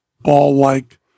ball-like